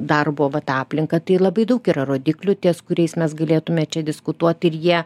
darbo vat aplinką tai labai daug yra rodiklių ties kuriais mes galėtumėme čia diskutuot ir jie